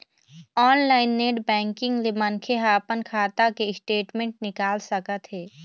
online net banking ले मनखे ह अपन खाता के स्टेटमेंट निकाल सकत हे